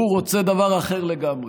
הוא רוצה דבר אחר לגמרי,